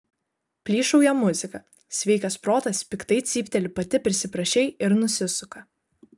plyšauja muzika sveikas protas piktai cypteli pati prisiprašei ir nusisuka